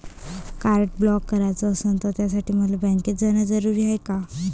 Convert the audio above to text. Card block कराच असनं त त्यासाठी मले बँकेत जानं जरुरी हाय का?